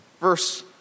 verse